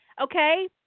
okay